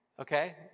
okay